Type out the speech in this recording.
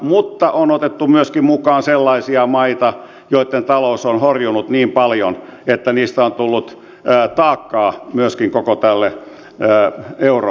mutta on otettu myöskin mukaan sellaisia maita joitten talous on horjunut niin paljon että niistä on tullut taakkaa myöskin koko tälle euroalueelle